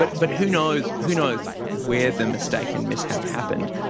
but but who knows who knows where the mistake and mishap happened.